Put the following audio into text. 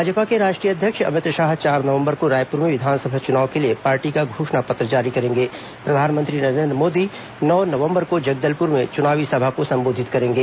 भाजपा के राष्ट्रीय अध्यक्ष अमित शाह चार नवंबर को रायपुर में विधानसभा चुनाव के लिए पार्टी का घोषणा पत्र जारी करेंगे प्रधानमंत्री नरेंद्र मोदी नौ नवंबर को जगदलपुर में चुनावी सभा को संबोधित करेंगे